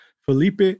Felipe